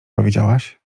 powiedziałaś